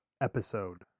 episode